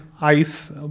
ice